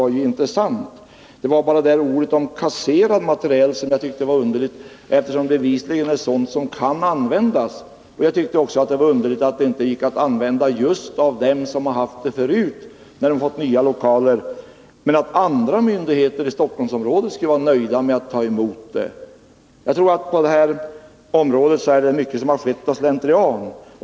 Jag tyckte bara att uttrycket ”kasserad materiel” var underligt, eftersom det bevisligen var fråga om inventarier som kunde användas. Det var också märkligt att just det verk som tidigare hade haft inventarierna inte kunde använda dem när verket fått nya lokaler, då andra myndigheter i Stockholmsområdet var nöjda med inventarierna. På detta område har nog mycket skett av slentrian.